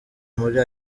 muri